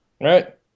right